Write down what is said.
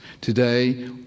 Today